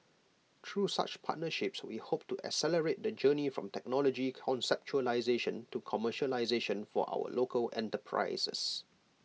through such partnerships we hope to accelerate the journey from technology conceptualisation to commercialisation for our local enterprises